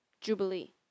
Jubilee